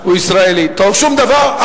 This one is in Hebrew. שום דבר?